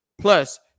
Plus